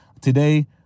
Today